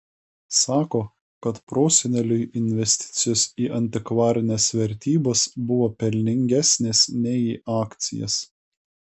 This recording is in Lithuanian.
sako kad proseneliui investicijos į antikvarines vertybes buvo pelningesnės nei į akcijas